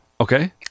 Okay